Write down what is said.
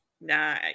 nah